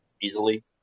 Easily